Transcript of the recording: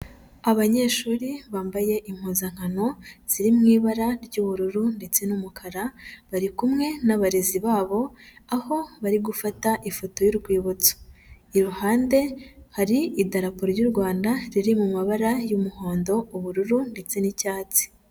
Abanyeshuri bambaye impuzankano ziri mu ibara ry'ubururu ndetse n'umukara, bari kumwe n'abarezi babo aho bari gufata ifoto y'urwibutso, iruhande hari idarapo ry'u Rwanda riri mu mabara y'umuhondo, ubururu ndetse n'icyatsi.